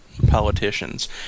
Politicians